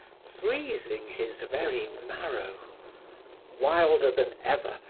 freezing his very marrow wilder than ever,